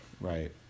Right